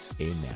Amen